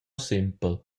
sempel